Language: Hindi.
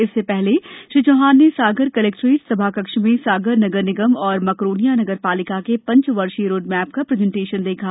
इससे पहले श्री चौहान ने सागर कलेक्टोरेट सभाकक्ष में सागर नगर निगम और मकरोनिया नगर पालिका के पंचवर्षीय रोडमैप का प्रजेंटेशन देखा